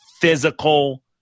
physical